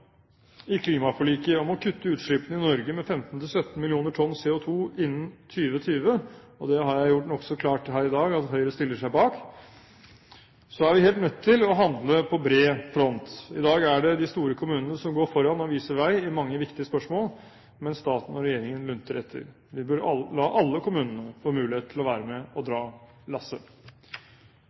i klimaforliket om å kutte utslippene i Norge med 15–17 millioner tonn CO2 innen 2020 – og det har jeg gjort nokså klart her i dag at Høyre stiller seg bak – er vi helt nødt til å handle på bred front. I dag er det de store kommunene som går foran og viser vei i mange viktige spørsmål, mens staten og regjeringen lunter etter. Vi bør la alle kommunene få mulighet til å være med og dra lasset.